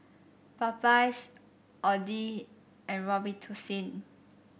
Popeyes Audi and Robitussin